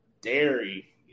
dairy